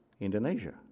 Indonesia